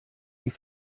die